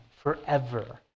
forever